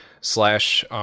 slash